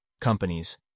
companies